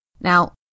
Now